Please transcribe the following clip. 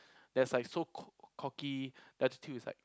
there's like so co~ cocky the attitude is like